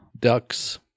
Ducks